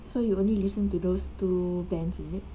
so you only listen to those two bands is it